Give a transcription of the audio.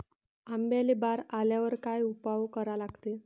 आंब्याले बार आल्यावर काय उपाव करा लागते?